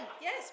Yes